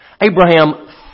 Abraham